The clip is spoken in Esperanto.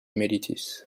meditis